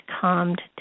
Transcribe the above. calmed